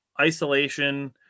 isolation